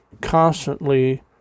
constantly